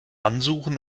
ansuchen